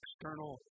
external